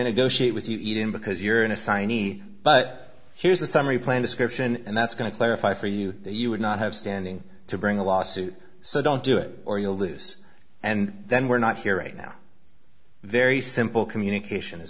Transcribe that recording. negotiate with you eating because you're an assignee but here's a summary plan description and that's going to clarify for you you would not have standing to bring a lawsuit so don't do it or you'll lose and then we're not here right now very simple communication